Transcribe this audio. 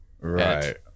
Right